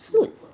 fruits